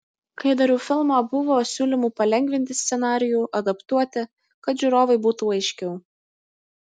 kai dariau filmą buvo siūlymų palengvinti scenarijų adaptuoti kad žiūrovui būtų aiškiau